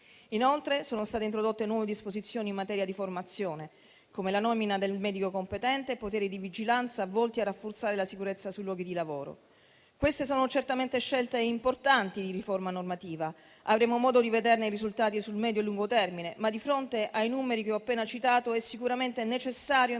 Inoltre, sono state introdotte nuove disposizioni in materia di formazione, come la nomina del medico competente e poteri di vigilanza volti a rafforzare la sicurezza sui luoghi di lavoro. Queste sono certamente scelte importanti di riforma normativa. Avremo modo di vederne i risultati sul medio e lungo termine, ma di fronte ai numeri che ho appena citato è sicuramente necessario implementare